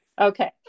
Okay